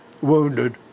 wounded